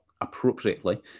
appropriately